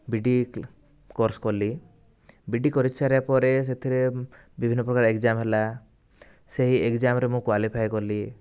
ବି E D course କଲି B E D କରିସାରିବା ପରେ ସେଥିରେ ବିଭିନ୍ନପ୍ରକାର ଏଗ୍ଜାମ୍ ହେଲା ସେହି ଏଗ୍ଜାମ୍ରେ ମୁଁ କ୍ୱାଲିଫାଏ କଲି